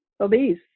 obese